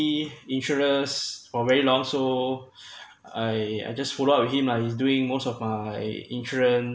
insurers for very long so I I just follow up with him lah he's doing most of my insurance